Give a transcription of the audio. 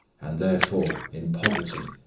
and, therefore, in poverty,